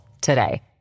today